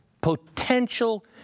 potential